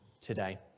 today